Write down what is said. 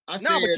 No